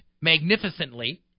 magnificently